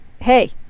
hey